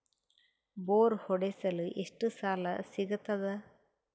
Bore ಹೊಡೆಸಲು ಎಷ್ಟು ಸಾಲ ಸಿಗತದ?